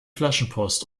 flaschenpost